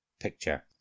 picture